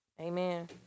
Amen